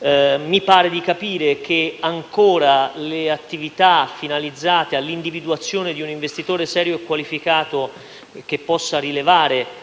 Mi pare di capire che le attività finalizzate all'individuazione di un investitore serio e qualificato, che possa rilevare